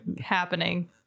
happening